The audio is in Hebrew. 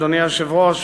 אדוני היושב-ראש,